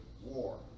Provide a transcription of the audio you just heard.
war